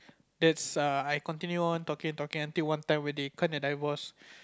that's err I continue on talking and talking until one time when they kinda divorce